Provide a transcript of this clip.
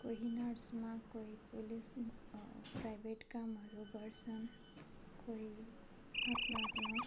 कोही नर्समा कोही पुलिस प्राइभेट कामहरू गर्छ कोही आफ्नो आफ्नो